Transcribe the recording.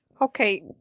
Okay